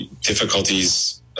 difficulties